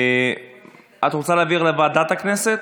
את רוצה להעביר לוועדת הכנסת?